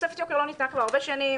תוספת יוקר לא ניתנה כבר הרבה שנים,